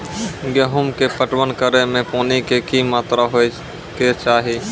गेहूँ के पटवन करै मे पानी के कि मात्रा होय केचाही?